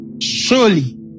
Surely